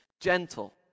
gentle